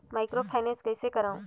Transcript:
Microfinance कइसे करव?